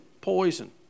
poison